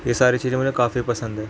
یہ ساری چیزیں مجھے کافی پسند ہیں